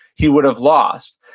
he would've lost.